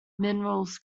minerals